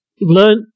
learn